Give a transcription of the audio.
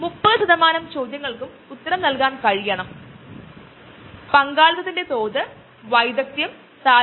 അതായത് ഈ മോണോക്ലോണൽ ആന്റിബോഡികൾ നമ്മൾ സൃഷ്ടിക്കാൻ ശ്രമിക്കുമ്പോൾ അതു ക്യാന്സറസ് കോശങ്ങളെ ടാർഗറ്റ് ചെയുന്ന മരുന്നുകൾ ആണ്